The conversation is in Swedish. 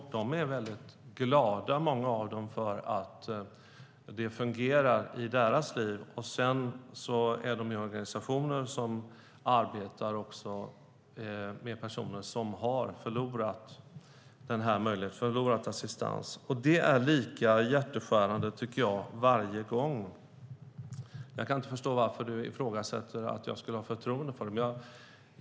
Många av dem är mycket glada för att det fungerar i deras liv. Jag har också talat med de organisationer som arbetar med personer som har förlorat assistans. Det är lika hjärtskärande varje gång. Jag kan inte förstå varför du ifrågasätter att jag skulle ha förtroende för dem.